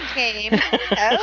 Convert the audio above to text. game